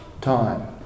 time